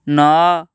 ନଅ